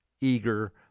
eager